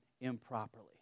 improperly